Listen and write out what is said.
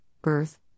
Birth